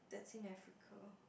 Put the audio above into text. that's in Africa